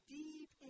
deep